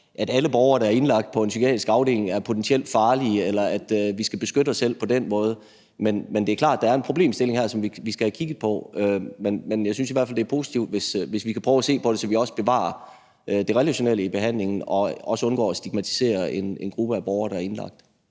at alle borgere, der er indlagt på en psykiatrisk afdeling, er potentielt farlige, eller at vi skal beskytte os selv på den måde. Men det er klart, at der er en problemstilling her, som vi skal have kigget på. Jeg synes i hvert fald, det er positivt, hvis vi kan prøve at se på, hvordan vi kan bevare det relationelle i behandlingen og undgå at stigmatisere en gruppe af borgere, der er indlagt.